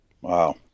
wow